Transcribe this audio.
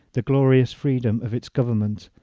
the glorious freedom of its government,